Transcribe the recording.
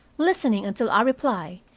listening until i reply,